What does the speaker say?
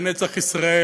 ונצח ישראל,